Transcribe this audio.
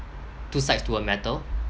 two sides to a matter